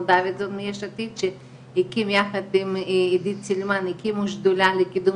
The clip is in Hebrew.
דווידזון מיש עתיד שהקים יחד עם עידית צילמן הקימו שדולה לקידום